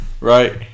Right